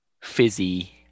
fizzy